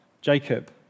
Jacob